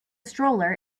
stroller